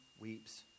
weeps